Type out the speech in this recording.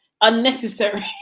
unnecessary